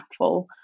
impactful